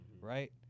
Right